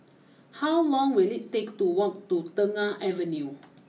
how long will it take to walk to Tengah Avenue